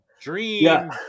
dream